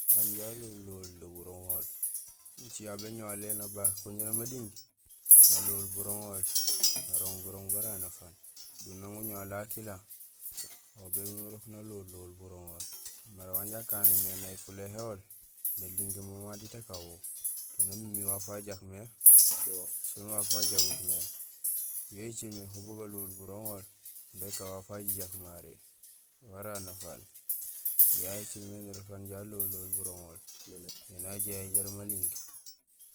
Aan inja alohul lohul do buroŋol. Ñicé aw béñoow halé nabaak kun jaraam aling, nalohul buroŋol, narooŋ burooŋ bara anafaan. Do nang uñoow alé akiliya, aw bémiir urok nalohul lohul buroŋol. Mara wanja aknéén mé nay fuléhéhool naling mama diit akan wo. To namimi waaf wajaak mé sén waaf wa jagutmé. Yo écilmé ho bugalohul buroŋol békaan waaf wajajaak maré wara anafaan. Yayé écilmé nurok aan inja alohul lohul buroŋol, éni ayahé jaraam aling.